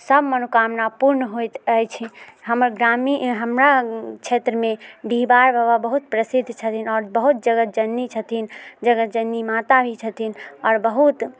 सभ मनोकामना पूर्ण होइत अछि हमर ग्रामी हमरा क्षेत्रमे डीहवार बाबा बहुत प्रसिद्ध छथिन आओर बहुत जगत जननी छथिन जगत जननी माता भी छथिन आओर बहुत